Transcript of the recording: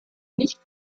nicht